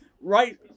right